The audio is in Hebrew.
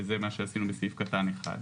וזה מה שעשינו בסעיף קטן (1),